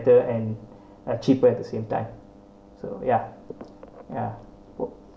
and uh cheaper at the same time so ya ya